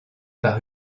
par